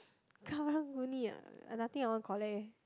karang guni ah nothing I want to collect eh